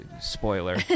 spoiler